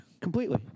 completely